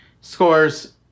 scores